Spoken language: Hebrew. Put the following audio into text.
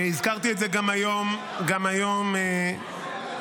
הזכרתי את זה גם היום בוועדה.